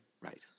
Right